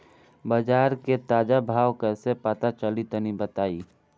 बाजार के ताजा भाव कैसे पता चली तनी बताई?